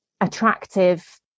attractive